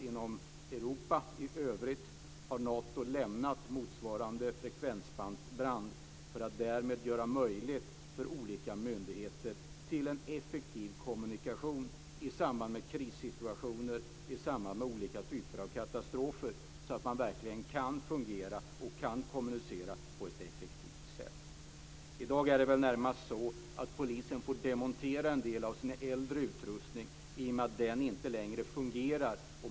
Inom Europa i övrigt har Nato lämnat motsvarande frekvensband för att därmed möjliggöra en effektiv kommunikation mellan olika myndigheter i samband med krissituationer vid olika typer av katastrofer så att de verkligen kan fungera och kommunicera på ett effektivt sätt. I dag är det närmast så att polisen får demontera den del av sin äldre utrustning i och med att den inte längre fungerar.